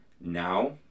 Now